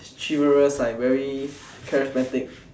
chivalrous like very charismatic